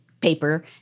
paper